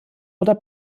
oder